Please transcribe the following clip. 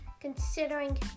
considering